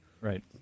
Right